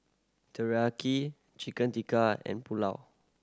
Teriyaki Chicken Tikka and Pulao